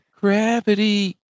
gravity